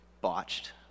botched